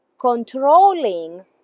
controlling